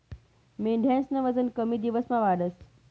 मेंढ्यास्नं वजन कमी दिवसमा वाढस